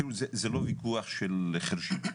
תראו, זה לא ויכוח של חירשים.